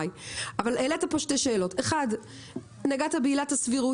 אבל העלית פה שתי שאלות: 1. נגעת בעילת הסבירות,